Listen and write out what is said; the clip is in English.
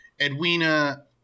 edwina